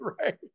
right